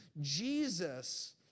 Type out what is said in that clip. Jesus